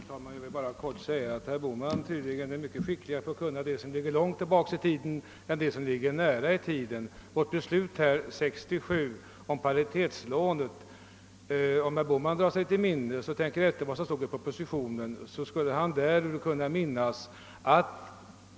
Herr talman! Jag vill i korthet framhålla, att herr Bohman tydligen är skickligare på att tala om det som ligger långt tillbaka i tiden än om det som ligger nära. Beträffande 1967 års riksdagsbeslut om paritetslånesystemet kan kanske herr Bohman dra sig till minnes vad som stod i propositionen.